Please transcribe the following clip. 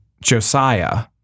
Josiah